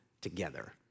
together